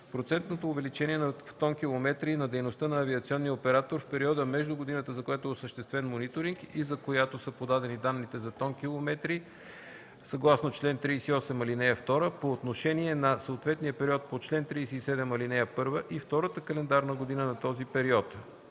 процентното увеличение в тонкилометри на дейността на авиационния оператор в периода между годината, за която е осъществен мониторинг и за която са подадени данните за тонкилометрите съгласно чл. 38, ал. 2 - по отношение на съответния период по чл. 37, ал. 1, и втората календарна година на този период;